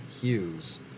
hughes